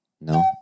No